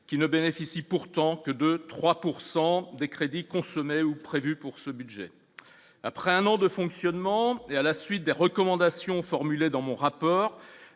qui ne bénéficie pourtant que de 3 pourcent des crédits consommés ou prévues pour ce budget après un an de fonctionnement et à la suite des recommandations formulées dans mon rapport,